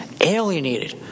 Alienated